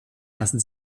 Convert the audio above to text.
lassen